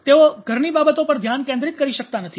તેઓ ઘરની બાબતો પર ધ્યાન કેન્દ્રિત કરી શકતા નથી